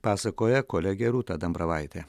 pasakoja kolegė rūta dambravaitė